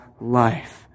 life